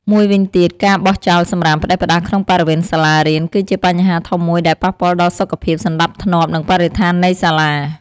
មួយវិញទៀតការបោះចោលសំរាមផ្តេសផ្តាសក្នុងបរិវេណសាលារៀន គឺជាបញ្ហាធំមួយដែលប៉ះពាល់ដល់សុខភាព សណ្តាប់ធ្នាប់ និងបរិស្ថាននៃសាលា។